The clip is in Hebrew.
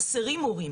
חסרים מורים,